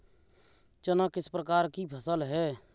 चना किस प्रकार की फसल है?